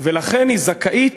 ולכן היא זכאית